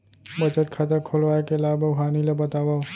बचत खाता खोलवाय के लाभ अऊ हानि ला बतावव?